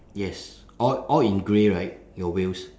yes all all in grey right your wheels